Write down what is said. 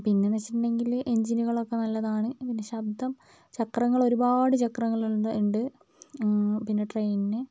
പിന്നെന്ന് വെച്ചിട്ടുണ്ടെങ്കില് എൻജിനുകളൊക്കെ നല്ലതാണ് ഇതിൻ്റെ ശബ്ദം ചക്രങ്ങളൊരുപാട് ചക്രങ്ങളുണ്ട് ഉണ്ട് പിന്നെ ട്രെയിന്